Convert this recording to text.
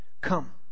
Come